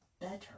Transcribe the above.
better